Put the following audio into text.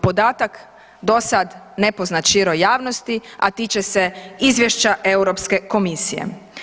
Podatak dosad nepoznat široj javnosti a tiče se izvješća Europske komisije.